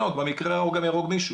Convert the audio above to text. במקרה הרע הוא גם יהרוג מישהו.